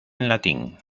latín